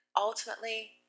ultimately